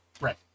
Right